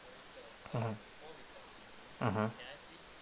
mmhmm mmhmm